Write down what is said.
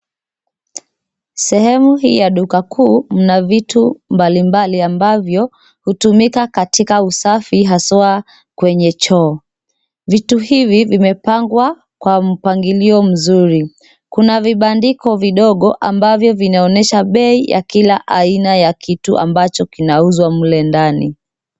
Sehemu hii ya duka kuu mna vitu mbalimbali ambavyo hutumika katika usafi haswa kwenye choo. Vitu hivi vimepangwa kwa mpangilio mzuri. Kuna vibandiko vidogo ambavyo vinaonyesha bei ya kila aina ya kitu ambacho kinauzwa mle ndani.